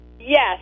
Yes